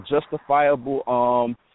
justifiable